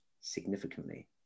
significantly